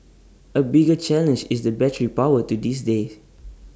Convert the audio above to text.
A bigger challenge is the battery power to this day